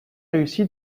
réussi